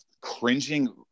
cringing